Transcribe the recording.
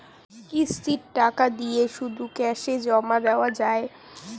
কিস্তির টাকা দিয়ে শুধু ক্যাসে জমা দেওয়া যায়?